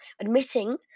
admitting